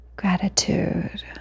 Gratitude